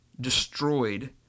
destroyed